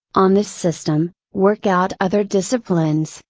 on this system, work out other disciplines,